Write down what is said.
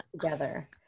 together